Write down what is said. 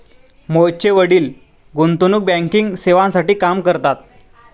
मोहितचे वडील गुंतवणूक बँकिंग सेवांसाठी काम करतात